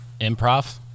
improv